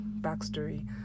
backstory